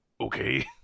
okay